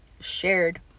shared